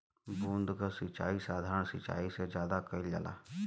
बूंद क सिचाई साधारण सिचाई से ज्यादा कईल जाला